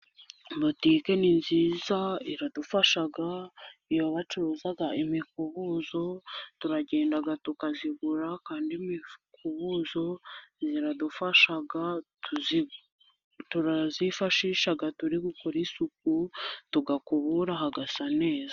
Botike ni nziza iradufasha, iyo bacuruza imikubuzo turagenda tukayigura, kandi imikubuzo iradufasha turayifashisha turi gukora isuku, tugakubura hagasa neza.